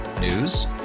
News